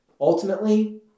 ultimately